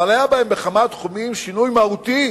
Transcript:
אבל היה בהן בכמה תחומים שינוי מהותי